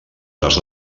les